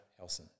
Helson